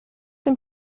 dem